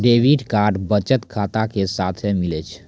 debit card बचत खाता के साथे मिलै छै